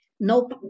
no